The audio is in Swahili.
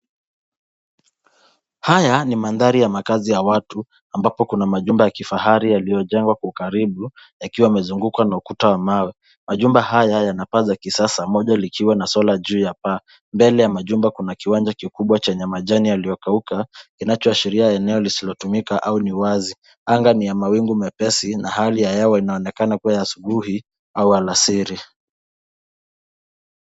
Haya ni mandhari ya makazi ya watu, ambapo kuna majumba ya kifahari yaliyoengwa kwa ukaribu, yakiwa yamezungukwa na ukuta wa mawe. Majumba haya yana pa za kisasa likiwa na solar juu ya paa. Mbele ya kuna kiwanja kikubwa chenye majani yaliyokauka, kinachoashiria eneo lisilotumika au ni wazi. Anga ni ya mawingu mepesi na hali ya hewa inaonekana kuwa ya asubuhi au alasiri.